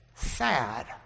Sad